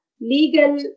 Legal